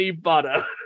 butter